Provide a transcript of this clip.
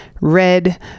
Red